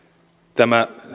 tämä